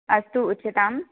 अस्तु उच्यताम्